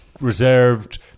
reserved